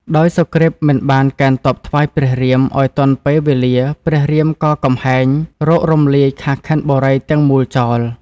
ដោយសុគ្រីពមិនបានកេណ្ឌទ័ណ្ឌថ្វាយព្រះរាម ឱ្យទាន់ពេលវេលាព្រះរាមក៏កំហែង រករំលាយ ខាស់ខិនបុរី ទាំងមូលចោល។